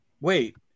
wait